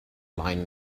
line